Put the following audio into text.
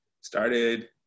started